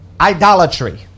idolatry